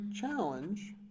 challenge